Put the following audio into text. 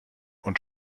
und